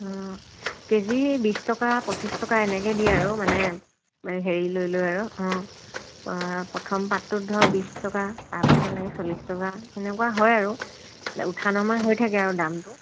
KG বিশ টকা পঁচিছ টকা এনেকৈ দিয়ে আৰু মানে হেৰি লৈ লৈ আৰু প্ৰথম পাতটোত ধৰক বিশ টকা তাৰ পাছত এনেকৈ চল্লিছ টকা তেনেকুৱা হয় আৰু উঠা নমা হৈ থাকে আৰু দামটো